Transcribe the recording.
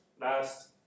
last